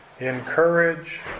encourage